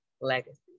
legacy